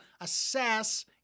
assess